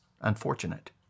unfortunate